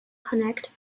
connect